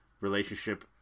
relationship